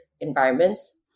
environments